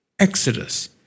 Exodus